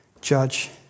judge